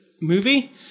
movie